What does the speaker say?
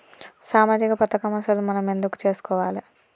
సామాజిక పథకం అసలు మనం ఎందుకు చేస్కోవాలే?